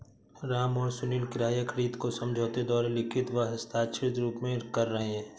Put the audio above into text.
राम और सुनील किराया खरीद को समझौते द्वारा लिखित व हस्ताक्षरित रूप में कर रहे हैं